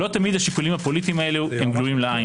לא תמיד השיקולים הפוליטיים הללו הם גלויים לעין,